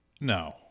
No